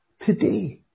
today